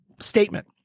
statement